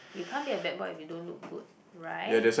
you can't be a bad boy if you don't look good right